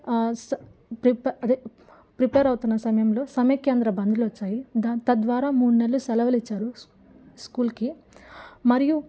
prepare అదే prepare అవుతున్న సమయంలో సమైక్యాంధ్ర బంద్లు వచ్చాయి దాని తద్వారా మూడు నెలలు సెలవులు ఇచ్చారు స్కూల్కి మరియు